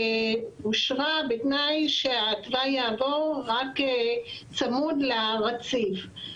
ואושרה בתנאי שהתוואי יעבור רק צמוד לרציף,